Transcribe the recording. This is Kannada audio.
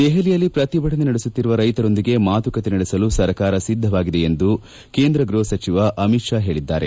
ದೆಹಲಿಯಲ್ಲಿ ಪ್ರತಿಭಟನೆ ನಡೆಸುತ್ತಿರುವ ರೈತರೊಂದಿಗೆ ಮಾತುಕತೆ ನಡೆಸಲು ಸರ್ಕಾರ ಸಿದ್ದವಾಗಿದೆ ಎಂದು ಕೇಂದ್ರ ಗ್ಬಹ ಸಚಿವ ಅಮಿತ್ ಷಾ ಹೇಳಿದ್ದಾರೆ